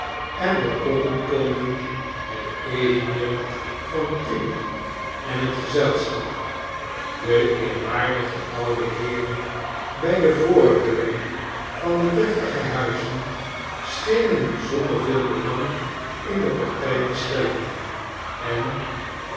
ein de poppen konden het evenmin van tilly en het gezelschap de eerwaardige pude heeren bij de voordeuren van de deftige huizen schenen bijzonder veel belang in de partij te stellen en